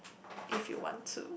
if you want to